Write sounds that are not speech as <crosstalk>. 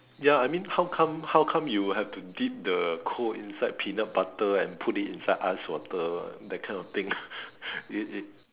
ya I mean how come how come you will have to dip the coal inside peanut butter and put it inside ice water that kind of thing <laughs> it it